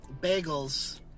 bagels